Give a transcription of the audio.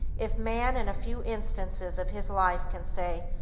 if man, in a few instances of his life can say,